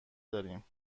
داریم